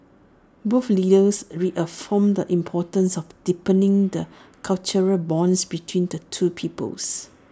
both leaders reaffirmed the importance of deepening the cultural bonds between the two peoples